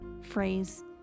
phrase